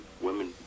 Women